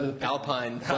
Alpine